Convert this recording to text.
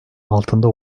altında